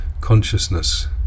consciousness